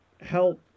help